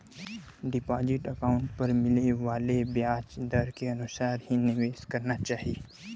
deposit account पर मिले वाले ब्याज दर के अनुसार ही निवेश करना चाही